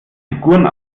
figuren